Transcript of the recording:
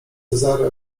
cezary